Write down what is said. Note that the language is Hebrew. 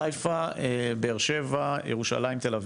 חיפה, באר שבע, ירושלים ותל אביב.